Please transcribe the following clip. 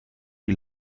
die